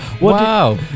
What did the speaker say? Wow